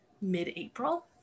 mid-April